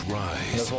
rise